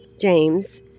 James